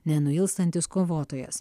nenuilstantis kovotojas